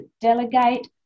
delegate